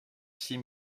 six